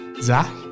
Zach